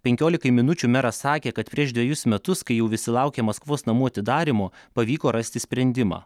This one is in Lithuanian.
penkiolikai minučių meras sakė kad prieš dvejus metus kai jau visi laukė maskvos namų atidarymo pavyko rasti sprendimą